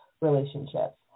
relationships